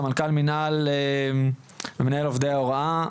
סמנכ"ל מינהל ומנהל עובדי ההוראה,